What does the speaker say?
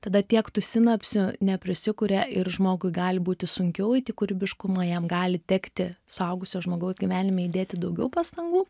tada tiek tų sinapsių neprisikuria ir žmogui gali būti sunkiau eit į kūrybiškumą jam gali tekti suaugusio žmogaus gyvenime įdėti daugiau pastangų